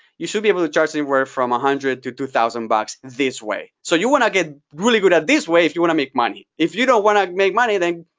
you should be able to charge anywhere from one hundred to two thousand bucks this way. so you want to get really good at this way if you want to make money. if you don't want to make money, then